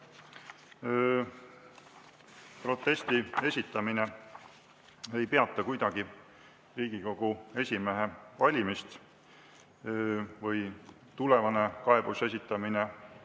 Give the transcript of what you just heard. Protesti esitamine ei peata kuidagi Riigikogu esimehe valimist. Tulevane kaebuse esitamine